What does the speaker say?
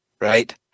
right